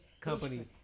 company